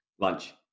Lunch